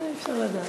אי-אפשר לדעת.